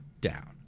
down